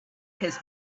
his